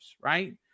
right